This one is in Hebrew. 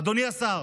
אדוני השר.